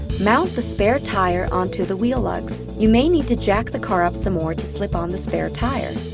mount the spare tire onto the wheel lugs. you may need to jack the car up some more to slip on the spare tire.